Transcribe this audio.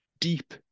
Deep